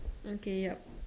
okay ya